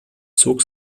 zog